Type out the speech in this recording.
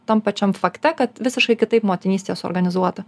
tam pačiam fakte kad visiškai kitaip motinystė suorganizuota